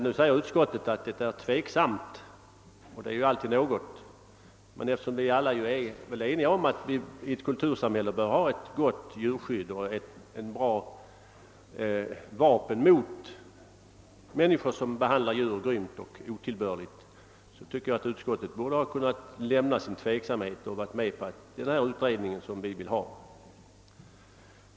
Utskottet säger att det är tveksamt om så bör ske, och det är alltid något, men eftersom vi alla är eniga om att det i ett kultursamhälle bör finnas ett gott djurskydd och ett bra vapen mot människor som behandlar djur grymt och otillbörligt, borde väl utskottet ha kunnat överge sin tveksamhet och i stället tillstyrka den utredning vi önskar.